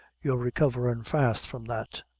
you're recoverin' fast from that.